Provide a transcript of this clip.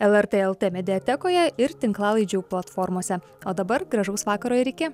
lrt lt mediatekoje ir tinklalaidžių platformose o dabar gražaus vakaro ir iki